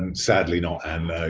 um sadly, no, ann.